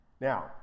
Now